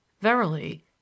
verily